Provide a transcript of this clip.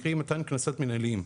קרי מתן קנסות מנהליים.